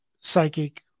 psychic